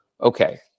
okay